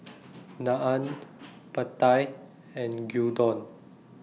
Naan Pad Thai and Gyudon